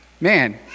Man